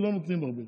ולא נותנים הרבה.